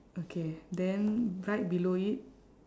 okay then right below it